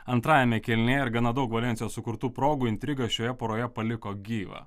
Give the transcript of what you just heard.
antrajame kėlinyje ir gana daug valensijos sukurtų progų intrigą šioje poroje paliko gyvą